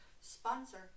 Sponsor